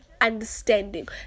understanding